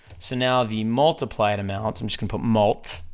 so now the multiplied amount, i'm just gonna put mult,